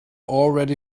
already